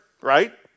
right